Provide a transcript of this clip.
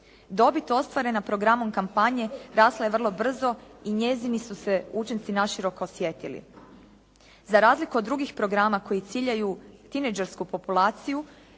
Dobit ostvarena programom kampanje rasla je vrlo brzo i njezini su se učinci naširoko osjetili. Za razliku od drugih programa koji ciljaju tinejdžersku populaciju